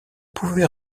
pouvait